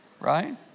Right